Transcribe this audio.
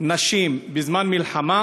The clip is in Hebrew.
נשים בזמן מלחמה